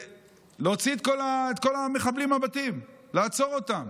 להוציא את כל המחבלים מהבתים, לעצור אותם.